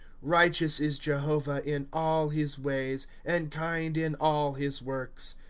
righteous is jehovah in all his ways, and kind in all his works.